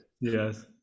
yes